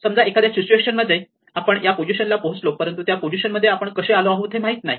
समजा एखाद्या सिच्युएशन मध्ये आपण या पोझिशनला पोहोचलो परंतु त्या पोझिशन मध्ये आपण कसे आलो हे माहिती नाही